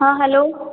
हँ हैलो